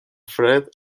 fred